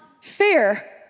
fair